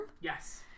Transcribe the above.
Yes